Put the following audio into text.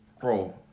bro